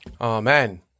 Amen